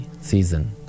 season